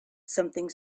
something